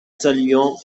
saluant